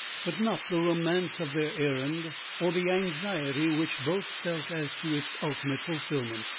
but not the romance of their errand, or the anxiety which both felt as to its ultimate fulfilment.